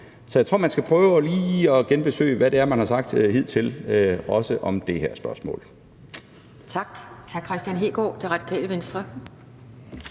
Så jeg tror, at man lige skal prøve at genbesøge, hvad der er, man har sagt hidtil, også omkring det her spørgsmål.